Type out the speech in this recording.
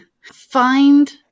Find